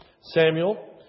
Samuel